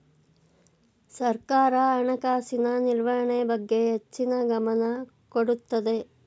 ಸರ್ಕಾರ ಹಣಕಾಸಿನ ನಿರ್ವಹಣೆ ಬಗ್ಗೆ ಹೆಚ್ಚಿನ ಗಮನ ಕೊಡುತ್ತದೆ